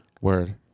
Word